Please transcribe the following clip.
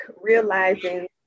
realizing